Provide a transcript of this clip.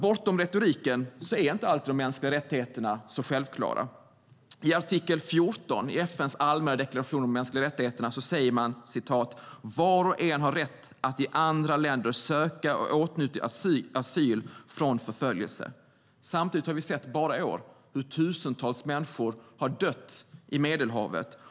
Bortom retoriken är nämligen inte alltid de mänskliga rättigheterna så självklara. I artikel 14 i FN:s allmänna deklaration om de mänskliga rättigheterna säger man: "Var och en har rätt att i andra länder söka och åtnjuta asyl från förföljelse." Samtidigt har vi sett bara i år hur tusentals människor har dött i Medelhavet.